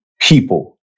people